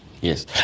Yes